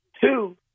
two